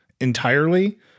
entirely